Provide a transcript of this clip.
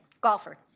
Golfer